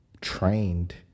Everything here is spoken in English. trained